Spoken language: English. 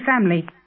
family